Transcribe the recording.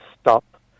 stop